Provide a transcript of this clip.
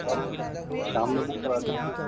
آپ شام میں بک کرا دیجیے